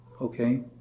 Okay